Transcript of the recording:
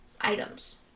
items